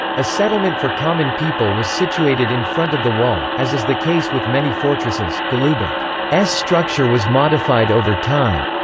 a settlement for common people was situated in front of the wall as is the case with many fortresses, golubac's structure was modified over time.